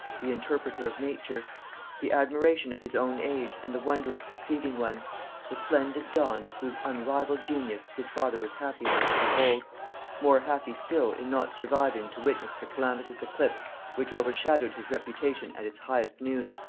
the interpreter of nature the admiration of his own age, and the wonder of succeeding ones the splendid dawn of whose unrivalled genius his father was happy enough to behold more happy still in not surviving to witness the calamitous eclipse which overshadowed his reputation at its highest noon.